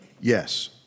Yes